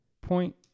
point